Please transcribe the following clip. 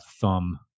thumb